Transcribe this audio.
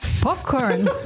popcorn